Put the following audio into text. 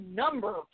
number